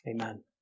Amen